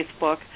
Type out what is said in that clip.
facebook